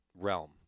realm